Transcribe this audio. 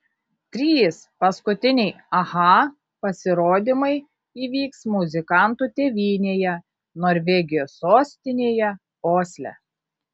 trys paskutiniai aha pasirodymai įvyks muzikantų tėvynėje norvegijos sostinėje osle